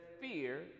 fear